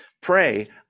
pray